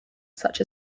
such